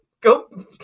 Go